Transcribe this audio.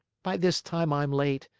by this time i'm late,